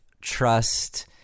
trust